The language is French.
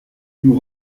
nous